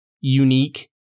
unique